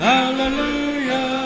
Hallelujah